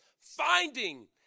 finding